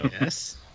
Yes